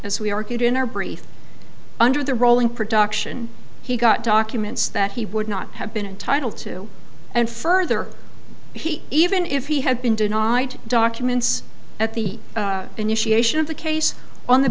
as we argued in our brief under the rolling production he got documents that he would not have been entitled to and further he even if he had been denied documents at the initiation of the case on the